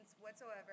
whatsoever